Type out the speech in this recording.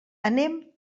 anem